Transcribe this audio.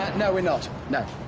and no, we're not. no.